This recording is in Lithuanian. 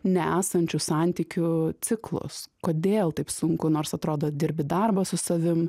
nesančių santykių ciklus kodėl taip sunku nors atrodo dirbi darbą su savim